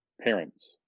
parents